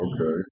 Okay